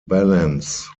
balance